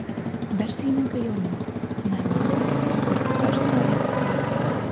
verslininkai jaunimui neemigruokit o kurkit verslą lietuvoje